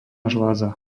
žľaza